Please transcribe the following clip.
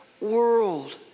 world